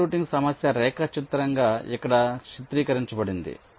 channel routing సమస్య రేఖాచిత్రంగా ఇక్కడ చిత్రీకరించబడింది